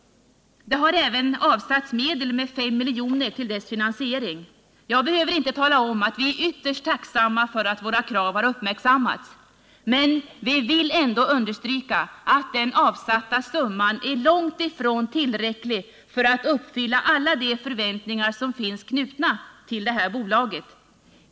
Det har även avsatts 5 milj.kr. till dess finansiering. Jag behöver inte tala om att vi är ytterst tacksamma för att våra krav har uppmärksammats. Men vi vill ändå understryka att den avsatta summan är långt ifrån tillräcklig för att uppfylla alla de förväntningar som finns knutna till detta bolag.